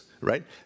right